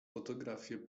fotografie